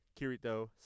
kirito